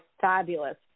fabulous